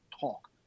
talk